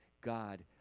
God